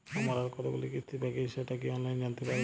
আমার আর কতগুলি কিস্তি বাকী আছে সেটা কি অনলাইনে জানতে পারব?